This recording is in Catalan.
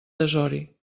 desori